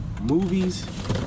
movies